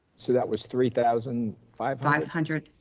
so that was three thousand five five hundred.